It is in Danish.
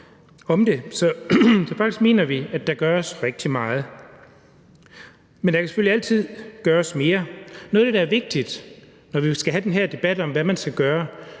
at der gøres rigtig meget. Men der kan selvfølgelig altid gøres mere. Noget af det, der er vigtigt, er, at vi skal have den her debat om, hvad man skal gøre